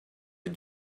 les